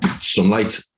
sunlight